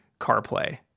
carplay